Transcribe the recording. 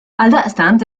għaldaqstant